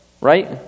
Right